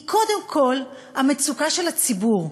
היא קודם כול המצוקה של הציבור.